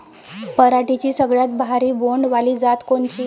पराटीची सगळ्यात भारी बोंड वाली जात कोनची?